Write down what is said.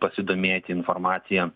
pasidomėti informacija